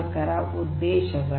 ೦ ನ ಉದ್ದೇಶಗಳು